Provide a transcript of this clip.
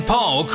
Paul